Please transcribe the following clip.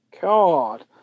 God